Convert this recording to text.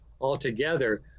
altogether